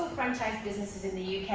franchise businesses in the